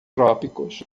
trópicos